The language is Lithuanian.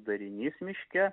darinys miške